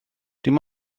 dim